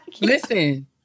listen